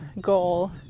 goal